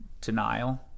denial